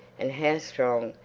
and how strong,